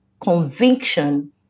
conviction